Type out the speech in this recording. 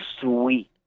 sweet